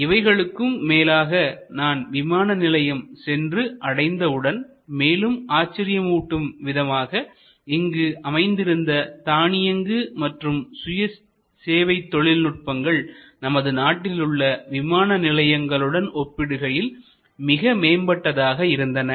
இவைகளுக்கும் மேலாக நான் விமான நிலையம் சென்று அடைந்தவுடன் மேலும் ஆச்சரியம் ஊட்டும் விதமாக இங்கு அமைந்திருந்த தானியங்கு மற்றும் சுய சேவைத் தொழில் நுட்பங்கள் நமது நாட்டிலுள்ள விமான நிலையங்களுடன் ஒப்பிடுகையில் மிக மேம்பட்டதாக இருந்தன